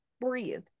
breathe